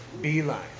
Beeline